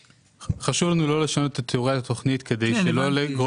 חשוב לנו לא לשנות את תיאורי התכנית כדי לא לגרום